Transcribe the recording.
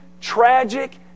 tragic